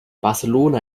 barcelona